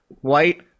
White